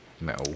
No